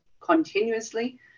continuously